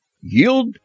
Yield